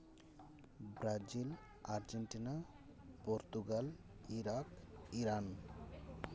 Brazil Argentina Portugal Iraq Iran